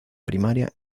primaria